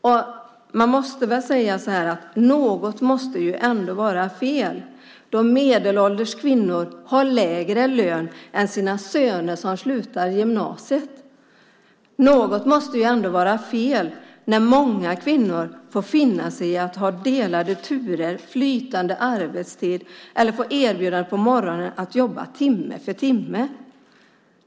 Något måste ändå sägas vara fel när medelålders kvinnor har lägre löner än sina söner som slutar gymnasiet. Något måste vara fel när många kvinnor får finna sig i att ha delade turer, att ha flytande arbetstid eller att på morgonen få erbjudande om att jobba timme för timme.